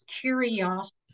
curiosity